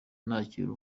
nakira